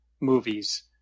movies